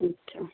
ਅੱਛਾ